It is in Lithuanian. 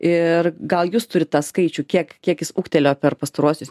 ir gal jūs turit tą skaičių kiek kiek jis ūgtelėjo per pastaruosius